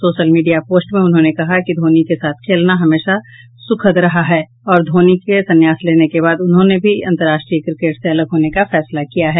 social media post में उन्होंने कहा कि धोनी के साथ खेलना हमेशा सुखद अनुभव रहा है और धोनी के संन्यास लेने के बाद उन्होंने भी अंतर्राष्ट्रीय क्रिकेट से अलग होने का फैसला किया है